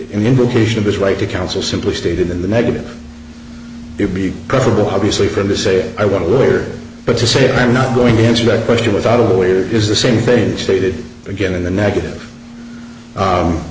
invocation of his right to counsel simply stated in the negative it would be preferable obviously for him to say i want a lawyer but to say i am not going to answer that question without a lawyer is the same thing stated again in the negative